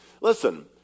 Listen